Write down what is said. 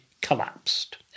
collapsed